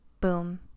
Boom